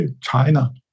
China